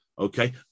okay